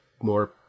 more